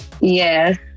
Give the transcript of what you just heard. Yes